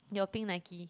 your pink Nike